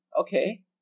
Okay